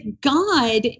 God